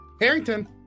Harrington